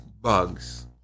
bugs